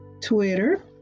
Twitter